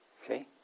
See